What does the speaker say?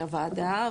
מתארגנים.